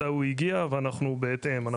מתי הוא הגיע ואנחנו בהתאם אליו,